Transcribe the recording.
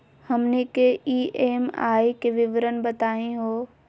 हमनी के ई.एम.आई के विवरण बताही हो?